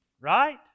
right